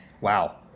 Wow